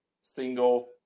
single